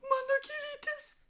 mano gėlytės